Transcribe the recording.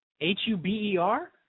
H-U-B-E-R